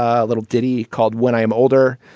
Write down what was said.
a little ditty called when i am older,